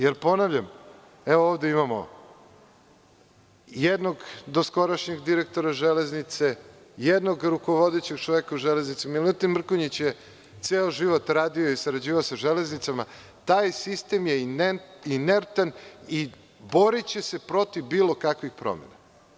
Jer, ponavljam, evo ovde imamo jednog doskorašnjeg direktora Železnice, jednog rukovodećeg čoveka u Železnici, Milutin Mrkonjić je ceo život radio i sarađivao sa železnicama, taj sistem je inertan i boriće se protiv bilo kakvih promena.